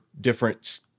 different